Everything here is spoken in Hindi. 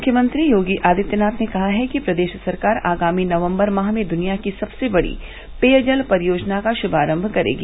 मुख्यमंत्री योगी आदित्यनाथ ने कहा है कि प्रदेष सरकार आगामी नवम्बर माह में दुनिया की सबसे बड़ी पेयजल परियोजना का ष्भारम्भ करेगी